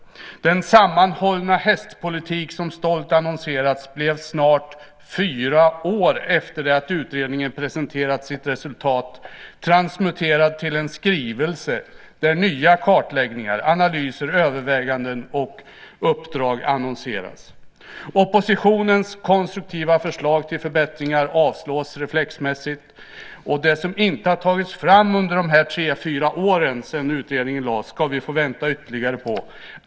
Den sammanhållna hästpolitik som stolt annonserats blev snart, fyra år efter det att utredningen presenterat sitt resultat, transmuterad till en skrivelse där nya kartläggningar, analyser, överväganden och uppdrag annonserades. Oppositionens konstruktiva förslag till förbättringar avslås reflexmässigt. Det som inte tagits fram under de tre, fyra år ska vi få vänta ytterligare på.